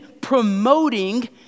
promoting